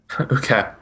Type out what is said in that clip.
Okay